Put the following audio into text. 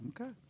Okay